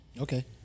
Okay